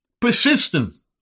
persistence